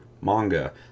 manga